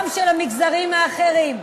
גם של המגזרים האחרים.